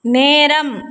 நேரம்